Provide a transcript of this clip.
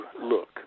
look